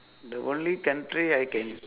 the only country I can